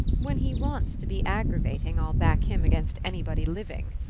when he wants to be aggravating i'll back him against anybody living!